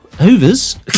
Hoovers